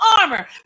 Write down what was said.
armor